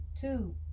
two